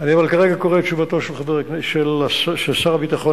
אבל אני כרגע קורא את תשובתו של שר הביטחון.